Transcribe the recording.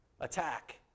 attack